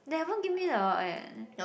they haven't give me the yet